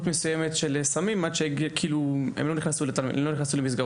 מסוימת של סמים בקרב נערים שלא נכנסו למסגרות,